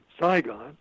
Saigon